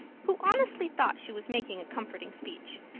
who honestly thought she was making a comforting speech.